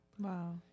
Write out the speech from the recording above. Wow